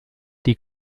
die